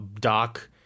Doc